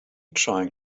trying